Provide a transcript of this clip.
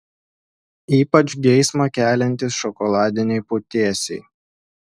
ypač geismą keliantys šokoladiniai putėsiai